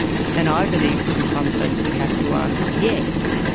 and i believe that in some sense we have to answer yes.